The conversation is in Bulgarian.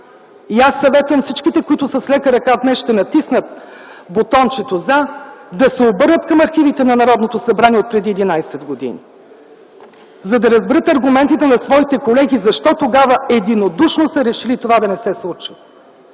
Аз съветвам всички, които с лека ръка днес ще натиснат бутончето „за”, да се обърнат към архивите на Народното събрание отпреди 11 години, за да разберат аргументите на своите колеги защо тогава единодушно са решили това да не се случи.